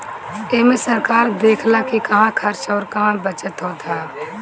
एमे सरकार देखऽला कि कहां खर्च अउर कहा बचत होत हअ